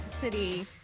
city